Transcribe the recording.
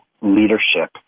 leadership